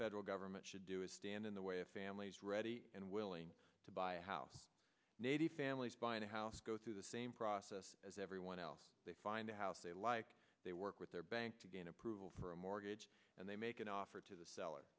federal government should do is stand in the way of families ready and willing to buy a house nady families buy a house go through the same process as everyone else they find a house they like they work with their bank to gain approval for a mortgage and they make an offer to the sell